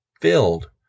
filled